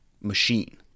machine